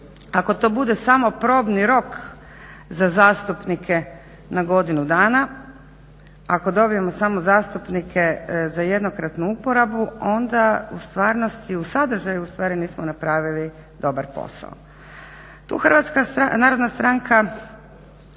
Ako to bude samo probni rok za zastupnike na godinu dana, ako dobijemo samo zastupnike za jednokratnu uporabu onda u stvarnosti u sadržaju ustvari nismo napravili dobar posao. Tu HNS ima razmišlja